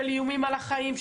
של איומים על החיים,